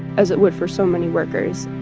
as it would for so many workers.